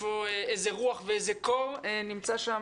איזה רוח ואיזה קור נמצא שם.